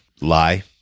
lie